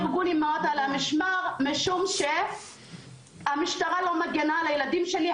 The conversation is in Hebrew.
אני בארגון "אימהות על המשמר" משום שהמשטרה לא מגינה על הילדים שלי,